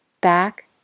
back